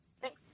Thanks